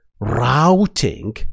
routing